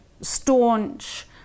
staunch